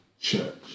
church